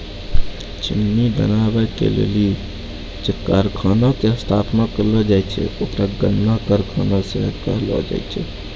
चिन्नी बनाबै के लेली जे कारखाना के स्थापना करलो जाय छै ओकरा गन्ना कारखाना सेहो कहलो जाय छै